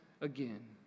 again